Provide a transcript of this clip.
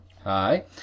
Hi